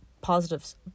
positives